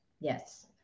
Yes